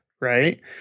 right